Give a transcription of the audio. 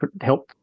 help